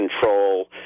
control